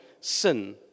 sin